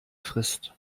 frist